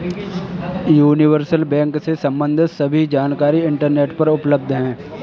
universal bank से सम्बंधित सभी जानकारी इंटरनेट पर उपलब्ध है